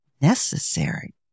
necessary